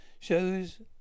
shows